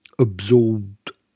absorbed